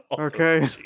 Okay